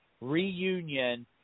reunion